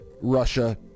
Russia